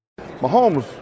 Mahomes